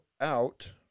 out